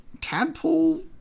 tadpole